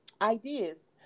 ideas